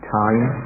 time